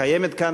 קיימת כאן,